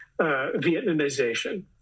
Vietnamization